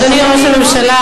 אדוני ראש הממשלה,